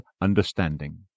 understanding